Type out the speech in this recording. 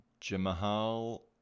Jamahal